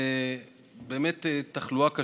ובאמת לתחלואה קשה,